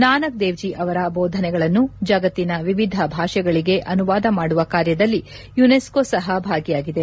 ನಾನಕ್ ದೇವ್ಜೀ ಅವರ ದೋಧನೆಗಳನ್ನು ಜಗತ್ತಿನ ವಿವಿಧ ಭಾಷೆಗಳಗೆ ಅನುವಾದ ಮಾಡುವ ಕಾರ್ಯದಲ್ಲಿ ಯುನೆಸ್ನೋ ಸಹ ಭಾಗಿಯಾಗಿದೆ